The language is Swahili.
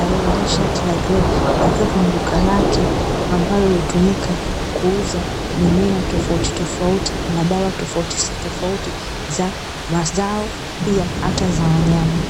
aliyevalia shati la greyi akiwa kwenye duka lake, ambalo hutumika kuuza mimea tofautitofauti na dawa tofautitofauti za mazao pia hata za wanyama.